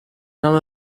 none